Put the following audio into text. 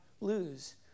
lose